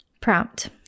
Prompt